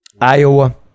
Iowa